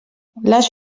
les